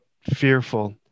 fearful